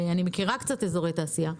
ואני מכירה קצת אזורי תעשייה,